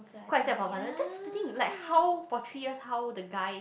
quite sad for her father that's the thing like how for three years how the guy